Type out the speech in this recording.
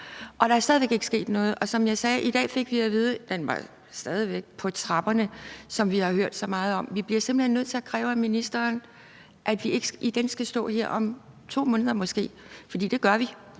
og der er stadig væk ikke sket noget. Som jeg sagde, fik vi i dag at vide, at den stadig væk var på trapperne, som vi har hørt så meget om. Vi bliver simpelt hen nødt til at kræve det af ministeren, så vi ikke igen skal stå her om 2 måneder. For det kommer vi